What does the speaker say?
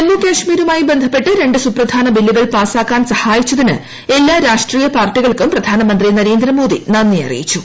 ജമ്മു കാശ്മീരുമായി ബിന്യപ്പെട്ട് രണ്ട് സുപ്രധാന ബില്ലുകൾ പാസ്സാക്കാൻ സഹായിച്ചതിന് എല്ലാ രാഷ്ട്രീയ പാർട്ടികൾക്കും പ്രധാനമന്ത്രി നരേന്ദ്രമോദി നന്ദി അറിയിച്ചു